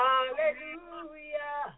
Hallelujah